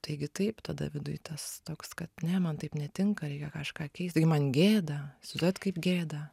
taigi taip tada viduj tas toks kad ne man taip netinka reikia kažką keist man gėda įsivaizduojat kaip gėda